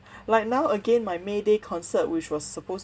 like now again my mayday concert which was supposed